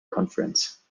conference